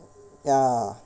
ya